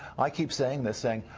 i keep saying this, saying,